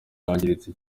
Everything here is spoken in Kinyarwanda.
yangiritse